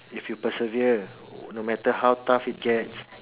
if you persevere no matter how tough it gets